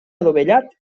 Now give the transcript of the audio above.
adovellat